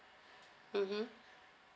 mmhmm